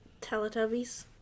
Teletubbies